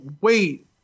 wait